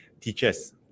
teachers